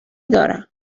دارم